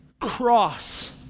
cross